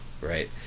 right